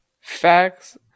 Facts